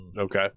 Okay